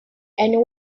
and